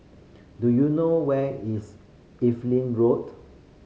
do you know where is Evelyn Road